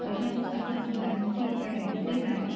पर असां ॿारनि जी पढ़ाई जे लाइ